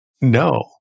No